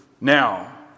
now